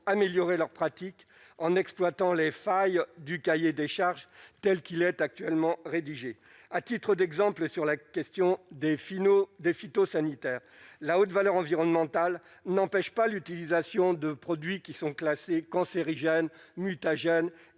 améliorer leurs pratiques en exploitant les failles du cahier des charges, telle qu'il est actuellement rédigé à titre d'exemple sur la question des finaux des phytosanitaires, la haute valeur environnementale n'empêche pas l'utilisation de produits qui sont classées cancérigènes, mutagènes